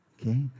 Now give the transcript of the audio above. Okay